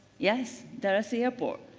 yes, dulles airport.